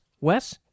Wes